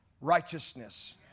righteousness